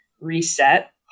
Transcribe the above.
reset